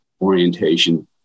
orientation